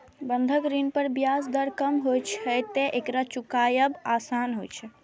बंधक ऋण पर ब्याज दर कम होइ छैं, तें एकरा चुकायब आसान होइ छै